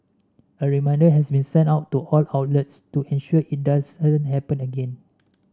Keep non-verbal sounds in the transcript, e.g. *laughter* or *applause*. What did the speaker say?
a reminder has been sent out to all outlets to ensure it does *unintelligible* happen again